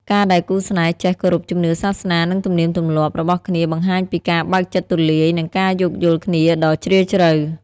ការដែលគូស្នេហ៍ចេះ "គោរពជំនឿសាសនា និងទំនៀមទម្លាប់" របស់គ្នា បង្ហាញពីការបើកចិត្តទូលាយ និងការយោគយល់គ្នាដ៏ជ្រាលជ្រៅ។